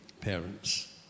parents